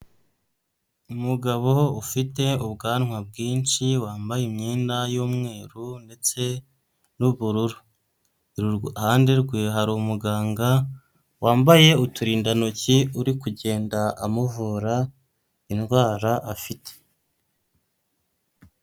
Umugabo ufite ubwanwa bwinshi, wambaye imyenda y'umweru ndetse n'ubururu. Iruhande rwe hari umuganga, wambaye uturindantoki, uri kugenda amuvura indwara afite.